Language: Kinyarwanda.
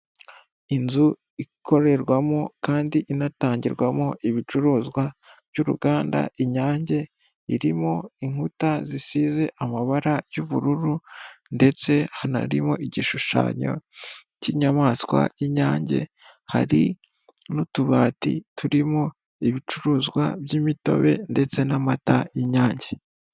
Inzu ikorerwamo kandi inatangirwamo ibicuruzwa by'uruganda inyange, irimo inkuta zisize amabara y'ubururu, ndetse hanarimo igishushanyo cy'inyamaswa y'inyange, hari n'utubati turimo ibicuruzwa by'imitobe ndetse n'amata y'inyange.